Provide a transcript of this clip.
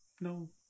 No